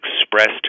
expressed